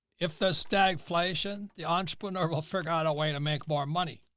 if the stagflation, the entrepreneur will figure out a way to make more money,